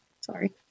Sorry